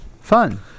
Fun